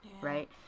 right